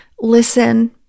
listen